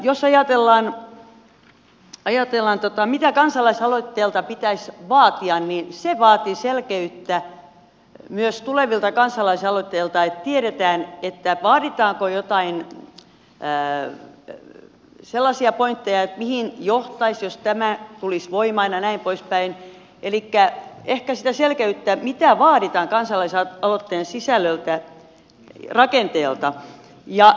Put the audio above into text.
jos ajatellaan mitä kansalaisaloitteelta pitäisi vaatia niin se vaatii selkeyttä myös tulevilta kansalaisaloitteilta että tiedetään vaaditaanko joitain sellaisia pointteja mihin johtaisi jos tämä tulisi voimaan ja näin poispäin elikkä ehkä sitä selkeyttä mitä vaaditaan kansalaisaloitteen sisällöltä ja rakenteelta